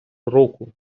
руку